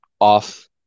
off